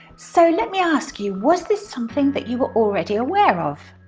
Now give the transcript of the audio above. so let me ask you was this something that you were already aware of?